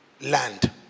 land